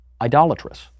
idolatrous